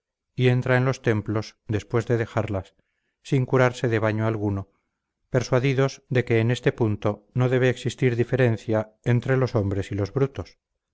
y entra en los templos después de dejarlas sin curarse de baño alguno persuadidos de que en este punto no debe existir diferencia entre los hombres y los brutos